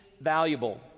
valuable